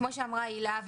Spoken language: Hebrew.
כפי שאמרה הילה,